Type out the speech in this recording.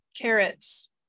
Carrots